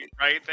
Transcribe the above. right